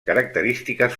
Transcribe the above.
característiques